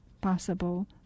possible